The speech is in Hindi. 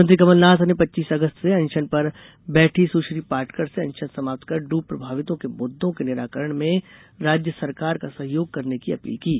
मुख्यमंत्री कमलनाथ ने पच्चीस अगस्त से अनषन पर बैठीं सुश्री पाटकर से अनशन समाप्त कर डूब प्रभावितों के मुद्दों के निराकरण में राज्य सरकार का सहयोग करने की अपील की थी